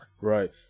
Right